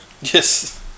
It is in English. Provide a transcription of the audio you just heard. Yes